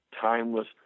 timeless